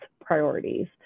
priorities